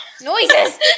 noises